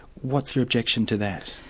what's your objection to that?